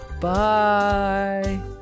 Bye